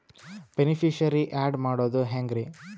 Beneficiary, add ಮಾಡೋದು ಹೆಂಗ್ರಿ?